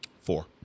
Four